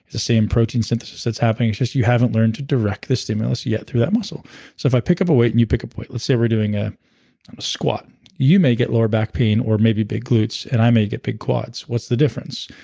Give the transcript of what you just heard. the same protein synthesis that's happening. it's just you haven't learned to direct the stimulus yet through that muscle so if i pick up a weight and you pick up a weight, let's say we're doing a squat. and you may get lower back pain or maybe big glutes, and i may get big quads. what's the difference?